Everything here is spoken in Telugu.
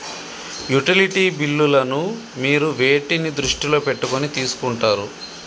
యుటిలిటీ బిల్లులను మీరు వేటిని దృష్టిలో పెట్టుకొని తీసుకుంటారు?